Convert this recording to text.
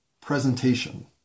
presentation